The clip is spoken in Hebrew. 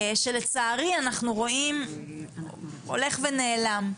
שלצערי אנחנו רואים הולך ונעלם.